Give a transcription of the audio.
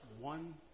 one